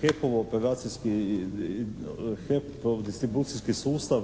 HEP-ov operacijski, HEP distribucijski sustav